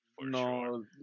No